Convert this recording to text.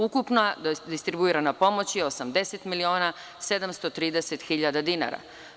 Ukupna tj. distribuirana pomoć je 80 miliona 730 hiljada dinara.